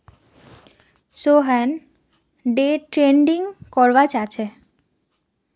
Sohan day trading करवा चाह्चे